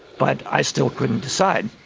but i still couldn't decide.